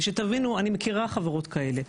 ושתבינו אני מכירה חברות כאלה,